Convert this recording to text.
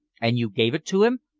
and you gave it to him?